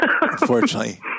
Unfortunately